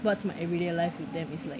what's my everyday life with them is like